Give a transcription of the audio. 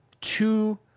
two